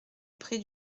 pré